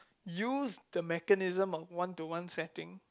use the mechanism of one to one setting